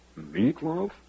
meatloaf